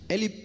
Ele